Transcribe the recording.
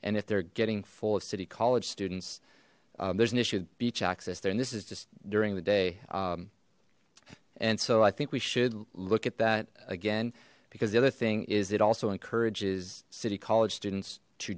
and if they're getting full of city college students there's an issue of beach access there and this is just during the day and so i think we should look at that again because the other thing is it also encourages city college students to